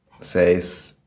says